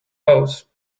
pose